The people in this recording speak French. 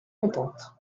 contente